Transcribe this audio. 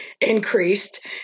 increased